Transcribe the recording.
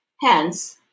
Hence